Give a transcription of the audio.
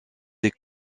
des